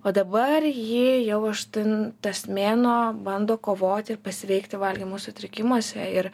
o dabar ji jau aštuntas mėnuo bando kovoti ir pasveikti valgymo sutrikimuose ir